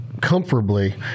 comfortably